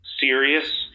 serious